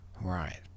Right